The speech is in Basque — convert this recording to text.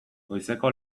goizeko